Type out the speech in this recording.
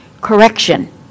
correction